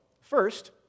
first